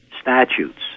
statutes